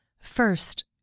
First